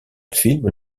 film